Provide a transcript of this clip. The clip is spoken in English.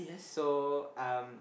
so um